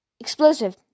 explosive